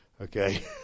Okay